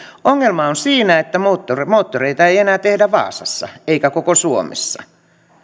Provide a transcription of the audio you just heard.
ongelma on siinä että moottoreita moottoreita ei enää tehdä vaasassa eikä koko suomessa